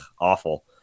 awful